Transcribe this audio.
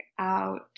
out